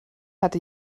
hatte